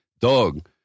dog